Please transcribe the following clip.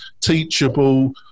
teachable